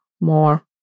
more